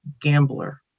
gambler